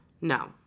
No